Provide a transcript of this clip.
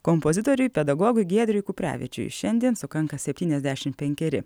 kompozitoriui pedagogui giedriui kuprevičiui šiandien sukanka septyniasdešim penkeri